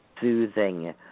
soothing